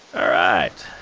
alright.